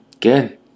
Good